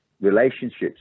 relationships